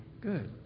Good